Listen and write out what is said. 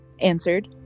answered